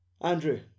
Andrew